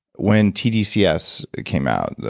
when tdcs came out,